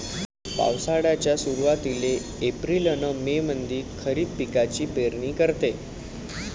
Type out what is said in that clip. पावसाळ्याच्या सुरुवातीले एप्रिल अन मे मंधी खरीप पिकाची पेरनी करते